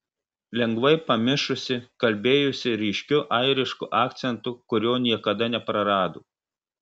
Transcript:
lengvai pamišusi kalbėjusi ryškiu airišku akcentu kurio niekada neprarado